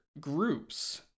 groups